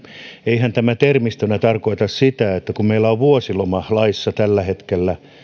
eihän tämä termistönä tarkoita sitä että kun meillä on vuosilomalaissa tällä hetkellä